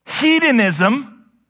Hedonism